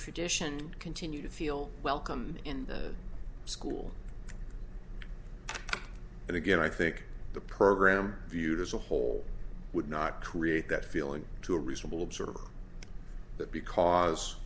tradition continue to feel welcome in the school but again i think the program viewed as a whole would not create that feeling to a reasonable observer that because